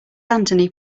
anthony